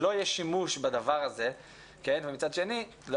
שלא יהיה שימוש בדבר הזה ומצד שני לא